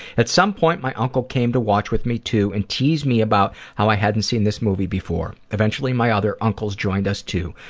at some point, my uncle came to watch with me too and teased me about how i hadn't seen this movie before. eventually, my other uncles joined us too,